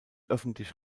öffentlich